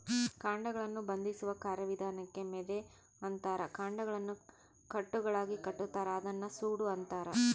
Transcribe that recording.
ಕಾಂಡಗಳನ್ನು ಬಂಧಿಸುವ ಕಾರ್ಯವಿಧಾನಕ್ಕೆ ಮೆದೆ ಅಂತಾರ ಕಾಂಡಗಳನ್ನು ಕಟ್ಟುಗಳಾಗಿಕಟ್ಟುತಾರ ಅದನ್ನ ಸೂಡು ಅಂತಾರ